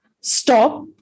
stop